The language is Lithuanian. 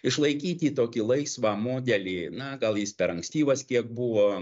išlaikyti tokį laisvą modelį na gal jis per ankstyvas kiek buvo